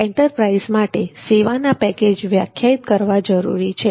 enterprise માટે સેવાના package વ્યાખ્યાયિત કરવા જરૂરી છે